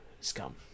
scum